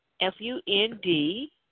F-U-N-D